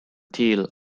teal